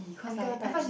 until what time